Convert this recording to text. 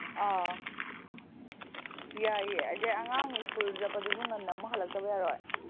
ꯑꯥꯎ ꯌꯥꯏꯌꯦ ꯑꯗꯩ ꯑꯉꯥꯡ ꯁ꯭ꯀꯨꯜ ꯆꯠꯄꯗꯨꯁꯨ ꯉꯟꯅ ꯑꯃꯨꯛ ꯍꯜꯂꯛꯇꯕ ꯌꯥꯔꯣꯏ